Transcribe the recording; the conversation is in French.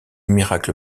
miracle